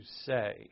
say